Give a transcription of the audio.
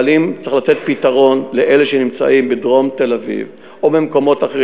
אבל אם צריך לתת פתרון לאלה שנמצאים בדרום תל-אביב או במקומות אחרים,